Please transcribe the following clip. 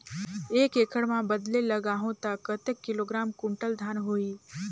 एक एकड़ मां बदले लगाहु ता कतेक किलोग्राम कुंटल धान होही?